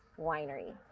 Winery